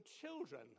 children